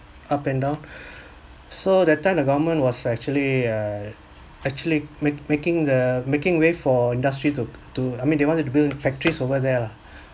up and down so that time the government was actually err actually make making the making way for industry to to I mean they wanted to build factories over there lah